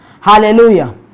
Hallelujah